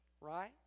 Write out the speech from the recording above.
right